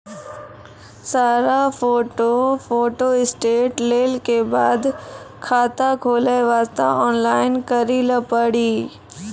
सारा photo photostat लेल के बाद खाता खोले वास्ते ऑनलाइन करिल पड़ी?